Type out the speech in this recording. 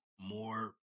More